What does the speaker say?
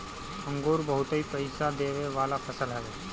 अंगूर बहुते पईसा देवे वाला फसल हवे